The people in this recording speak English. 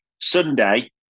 Sunday